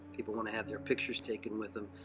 people want to have their pictures taken with them.